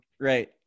Right